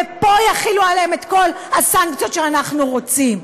ופה יחילו עליהם את כל הסנקציות שאנחנו רוצים.